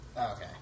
okay